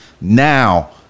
Now